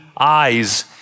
eyes